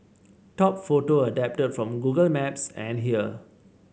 top photo adapted from Google Maps and here